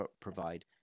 provide